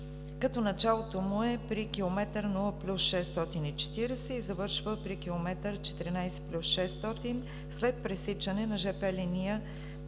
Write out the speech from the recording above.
като началото му е при км 0+640 и завършва при км 14+600 след пресичане на жп линия